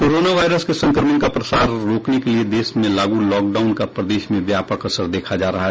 corona virus के संक्रमण का प्रसार रोकने के लिए देश में लागू लॉकडाउन का प्रदेश में व्यापक असर देखा जा रहा है